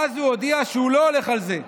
ואז הוא הודיע שהוא לא הולך על זה.